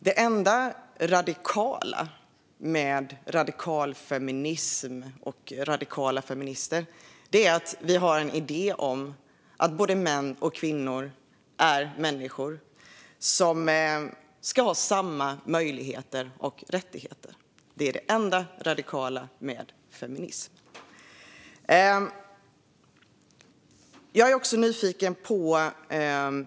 Det enda radikala med radikalfeminism och radikala feminister är att vi har en idé om att både män och kvinnor är människor och ska ha samma möjligheter och rättigheter. Det är det enda radikala med feminism.